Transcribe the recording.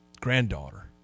granddaughter